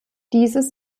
dieses